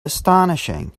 astonishing